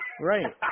Right